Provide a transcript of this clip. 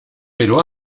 pero